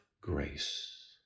grace